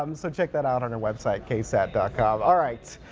um so check that out on our website ksat dot com all rights.